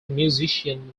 musician